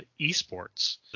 eSports